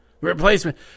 Replacement